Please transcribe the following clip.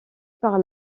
par